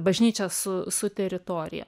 bažnyčia su su teritorija